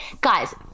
guys